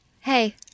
Hey